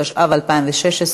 התשע"ו 2016,